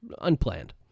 unplanned